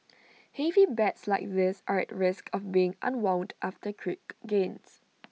heavy bets like this are at risk of being unwound after quick gains